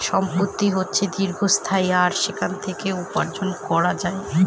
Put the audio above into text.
সম্পত্তি হচ্ছে দীর্ঘস্থায়ী আর সেখান থেকে উপার্জন করা যায়